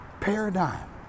paradigm